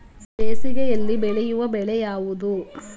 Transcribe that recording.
ಬೇಸಿಗೆಯಲ್ಲಿ ಬೆಳೆಯುವ ಬೆಳೆ ಯಾವುದು?